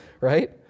right